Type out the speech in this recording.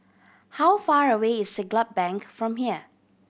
how far away is Siglap Bank from here